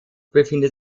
befindet